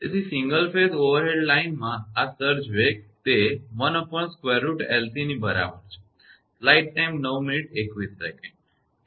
તેથી single phase overhead લાઇનમાં આ સર્જ વેગ તે 1√𝐿𝐶 ની બરાબર છે